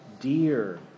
dear